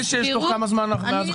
בכביש 6 תוך כמה זמן זה?